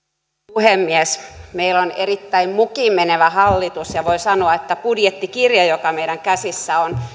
puhemies meillä on erittäin mukiinmenevä hallitus ja voi sanoa että budjettikirja joka meidän käsissämme on